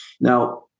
Now